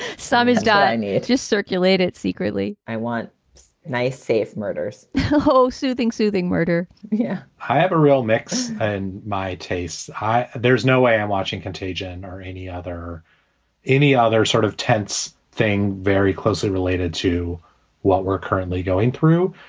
some is done it's just circulate it secretly i want nice safe murders so soothing, soothing murder yeah, i have a real mix and my tastes. hi. there is no way i'm watching contagion or any other any other sort of tense thing very closely related to what we're currently going through.